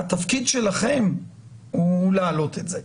התפקיד שלכם הוא להעלות את זה.